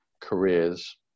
careers